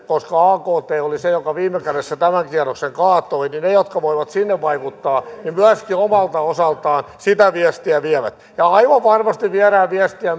koska akt oli se joka viime kädessä tämän kierroksen kaatoi toivon että ne jotka voivat sinne vaikuttaa myöskin omalta osaltaan sitä viestiä vievät ja aivan varmasti viedään viestiä